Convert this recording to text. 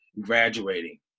graduating